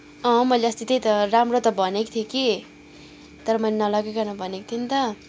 अँ मैले अस्ति त्यही त राम्रो त भनेको थिएँ कि तर मैले नलगाइकन भनेको थिएँ नि त